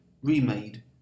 remade